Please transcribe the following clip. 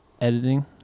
editing